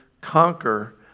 conquer